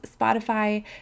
Spotify